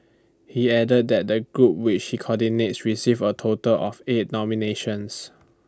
he added that the group which he coordinates receive A total of eight nominations